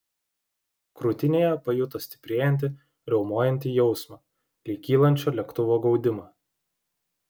krūtinėje pajuto stiprėjantį riaumojantį jausmą lyg kylančio lėktuvo gaudimą